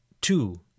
two